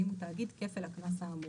ואם הוא תאגיד כפל הקנס האמור.